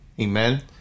Amen